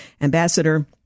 Ambassador